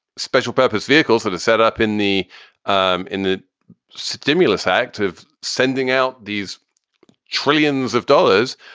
special purpose vehicles that are set up in the um in the stimulus act of sending out these trillions of dollars,